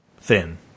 thin